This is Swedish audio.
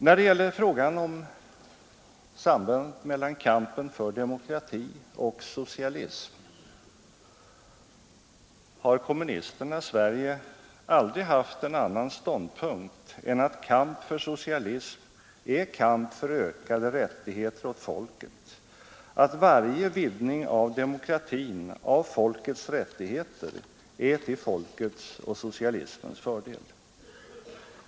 När det gäller sambandet mellan kampen för demokrati och socialismen har kommunisterna i Sverige aldrig haft en annan ståndpunkt än att kamp för socialism är kamp för ökade rättigheter åt folket, att varje vidgning av demokratin, av folkets rättigheter, är till folkets och socialismens fördel.